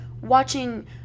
watching